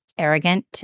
arrogant